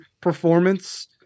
performance